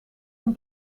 een